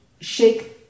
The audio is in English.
shake